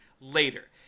later